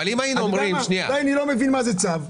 אם היינו אומרים --- אולי אני לא מבין מה זה צו.